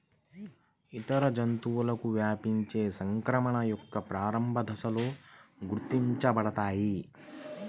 ఇతర జంతువులకు వ్యాపించే సంక్రమణ యొక్క ప్రారంభ దశలలో గుర్తించబడతాయి